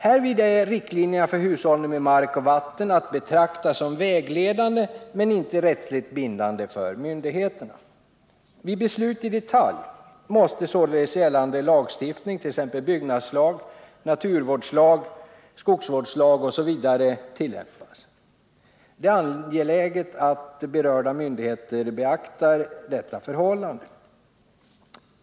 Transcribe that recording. Härvid är riktlinjerna för hushållning med mark och vatten att betrakta som vägledande men inte rättsligt bindande för myndigheterna. Vid beslut i detalj måste således gällande lagstiftning, t.ex. byggnadslag, naturvårdslag och skogsvårdslag, tillämpas. Det är angeläget att de berörda myndigheterna beaktar detta förhållande.